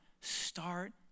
Start